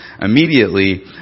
immediately